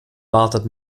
wartet